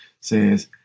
says